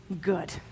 good